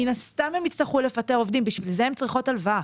מן הסתם הן יצטרכו לפטר עובדים ולשם כך הן צריכות הלוואה.